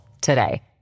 today